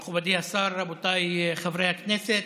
מכובדי השר, רבותיי חברי הכנסת,